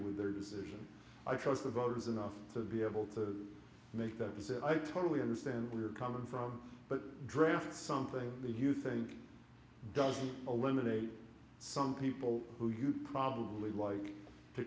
with their decision i trust the voters enough to be able to make that decision i totally understand where you're coming from but draft something that you think doesn't eliminate some people who you'd probably like to